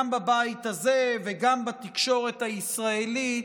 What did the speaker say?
גם בבית הזה וגם בתקשורת הישראלית,